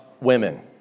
women